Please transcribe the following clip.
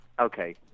Okay